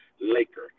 Laker